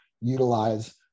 utilize